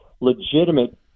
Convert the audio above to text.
legitimate